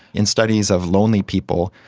in studies of lonely people,